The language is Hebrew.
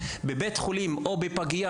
בבית חולים או בפגייה,